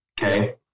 Okay